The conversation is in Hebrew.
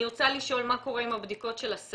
אני רוצה לשאול מה קורה עם הבדיקות של השערות,